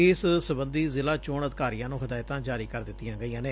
ਇਸ ਸਬੰਧੀ ਜ਼ਿਲਾ ਚੋਣ ਅਧਿਕਾਰੀਆ ਨੁੰ ਹਦਾਇਤਾ ਜਾਰੀ ਕਰ ਦਿੱਡੀਆ ਗਈਆ ਨੇ